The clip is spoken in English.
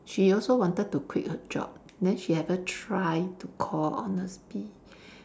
she also wanted to quit her job then she ever try to call honestbee